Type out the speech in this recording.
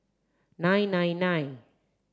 nine nine nine